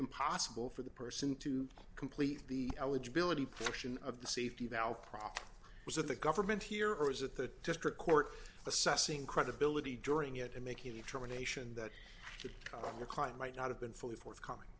impossible for the person to complete the eligibility portion of the safety valve problem was that the government here or is it the district court assessing credibility during it and making a determination that the client might not have been fully forthcoming